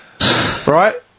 Right